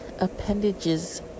appendages